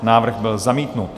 Návrh byl zamítnut.